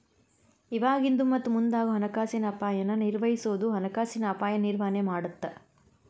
ಇವಾಗಿಂದು ಮತ್ತ ಮುಂದಾಗೋ ಹಣಕಾಸಿನ ಅಪಾಯನ ನಿರ್ವಹಿಸೋದು ಹಣಕಾಸಿನ ಅಪಾಯ ನಿರ್ವಹಣೆ ಮಾಡತ್ತ